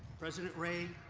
president ray,